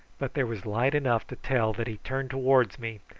but there was light enough to tell that he turned towards me,